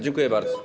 Dziękuję bardzo.